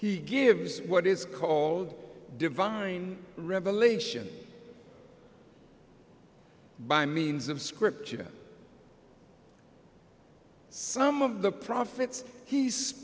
he gives what is called divine revelation by means of scripture some of the prophets he